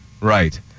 right